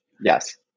Yes